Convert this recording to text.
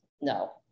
no